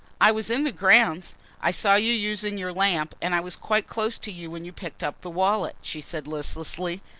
i was in the grounds i saw you using your lamp and i was quite close to you when you picked up the wallet, she said listlessly,